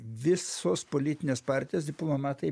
visos politinės partijos diplomatai